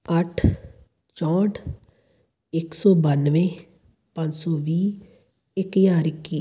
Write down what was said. ਅੱਠ ਚੌਂਹਠ ਇੱਕ ਸੌ ਬੱਨਵੇਂ ਪੰਜ ਸੌ ਵੀਹ ਇੱਕ ਹਜ਼ਾਰ ਇੱਕੀ